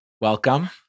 Welcome